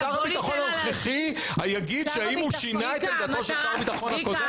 ושר הביטחון הנוכחי יגיד האם הוא שינה את עמדתו של שר הביטחון הקודם?